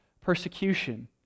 persecution